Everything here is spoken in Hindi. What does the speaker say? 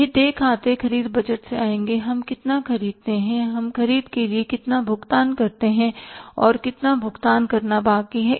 यह देय खाते ख़रीद बजट से आएँगे हम कितना खरीदते हैं हम ख़रीद के लिए कितना भुगतान करते हैं और कितना भुगतान करना बाकी है